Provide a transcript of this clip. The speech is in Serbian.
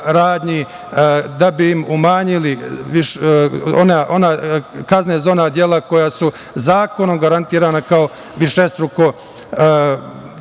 da bi im umanjili kazne za ona dela koja su zakonom garantirana kao višestruko